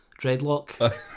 dreadlock